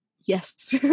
Yes